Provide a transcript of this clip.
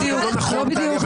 זה גם לא נכון, וטלי, לא להתערב.